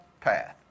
Path